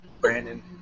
Brandon